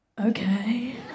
Okay